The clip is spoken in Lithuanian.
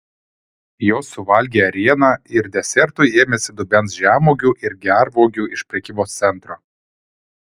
jos suvalgė ėrieną ir desertui ėmėsi dubens žemuogių ir gervuogių iš prekybos centro